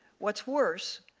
what's worse,